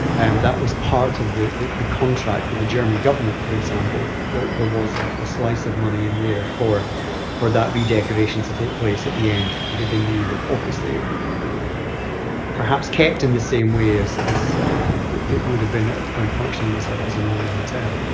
and that was part of the the contract with the german government. for example, there was ah a slice of money in there for for that redecoration to take place at the end because they knew that obviously it wouldn't be perhaps kept in the same ways as it would have been ah when functioning as ah as a normal hotel.